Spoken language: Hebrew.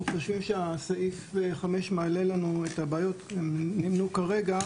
חושבים שסעיף 5 מעלה והבעיות נימנו כרגע.